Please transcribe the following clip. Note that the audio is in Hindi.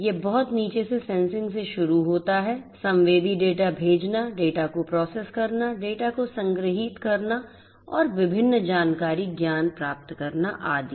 यह बहुत नीचे से सेंसिंग से शुरू होता है संवेदी डेटा भेजना डेटा को प्रोसेस करना डेटा को संग्रहीत करना और विभिन्न जानकारी ज्ञान प्राप्त करना आदि